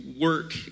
work